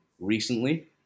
recently